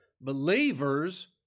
Believers